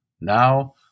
Now